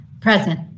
Present